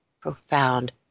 profound